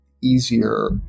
easier